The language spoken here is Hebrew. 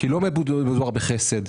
כי לא מדובר בחסד.